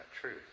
truth